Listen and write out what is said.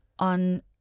on